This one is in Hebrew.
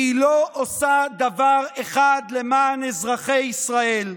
כי היא לא עושה דבר אחד למען אזרחי ישראל.